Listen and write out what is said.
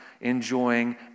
enjoying